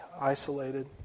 isolated